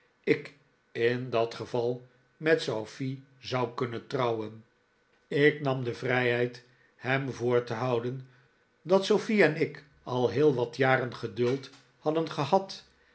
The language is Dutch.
ik in dat geval met sofie zou kunnen trouwen ik nam de vrijheid hem voor te houden dat sofie en ik al heel wat jaren geduld hadden gehad